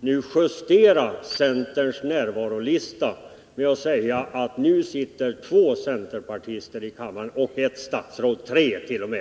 justera centerns närvarolista genom att säga att det nu sitter tre centerpartister — varav ett statsråd — i kammaren.